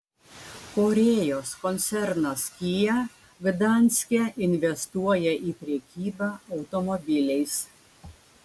korėjos koncernas kia gdanske investuoja į prekybą automobiliais